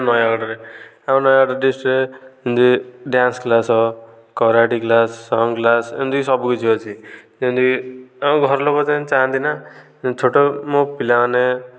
ନୟାଗଡ଼ରେ ଆଉ ନୟାଗଡ଼ ଡିଷ୍ଟ୍ରିକ୍ଟ ରେ dance class karate class song class ଏମିତି ସବୁକିଛି ଅଛି ଯେମିତିକି ଆମ ଘରଲୋକ ଯେମିତି ଚାହାନ୍ତି ନା ଛୋଟ ମୋ ପିଲାମାନେ